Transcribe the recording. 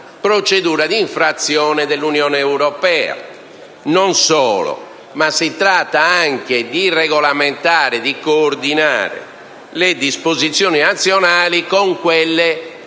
procedura di infrazione dell'Unione europea. Non solo, si tratta anche di regolamentare e coordinare le disposizioni nazionali con quelle